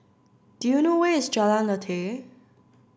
do you know where is Jalan Lateh